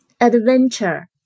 Adventure